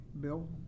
Bill